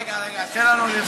רגע, רגע, תן לנו,